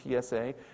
TSA